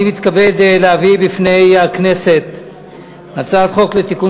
אני מתכבד להביא בפני הכנסת הצעת חוק לתיקון